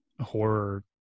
horror